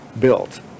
built